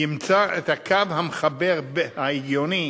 ימצא את הקו המחבר וההגיוני